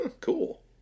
cool